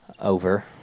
over